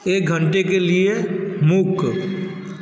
एक घंटे के लिए मूक